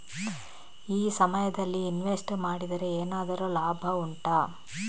ಈ ಸಮಯದಲ್ಲಿ ಇನ್ವೆಸ್ಟ್ ಮಾಡಿದರೆ ಏನಾದರೂ ಲಾಭ ಉಂಟಾ